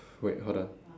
wait hold on